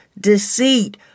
deceit